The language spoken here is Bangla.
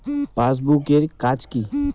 পাশবুক এর কাজ কি?